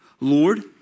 Lord